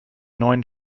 neuen